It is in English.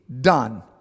done